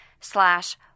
slash